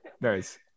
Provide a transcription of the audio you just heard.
nice